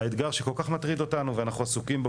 והאתגר שכל כך מטריד אותנו ואנחנו עסוקים בו